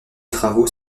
travaux